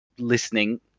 Listening